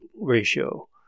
ratio